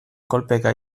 kolpeka